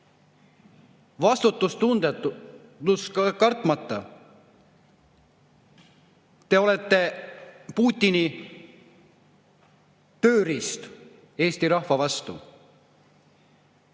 vastutust kartmata. Te olete Putini tööriist Eesti rahva vastu.